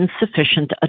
insufficient